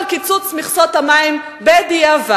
על קיצוץ מכסות המים בדיעבד,